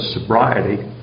sobriety